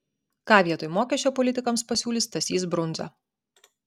ką vietoj mokesčio politikams pasiūlys stasys brundza